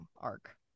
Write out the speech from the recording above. arc